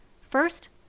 First